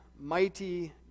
Mighty